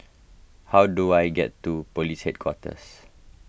how do I get to Police Headquarters